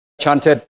Chanted